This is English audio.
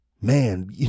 Man